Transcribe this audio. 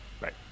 Right